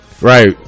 right